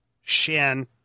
Shen